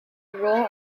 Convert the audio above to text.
raw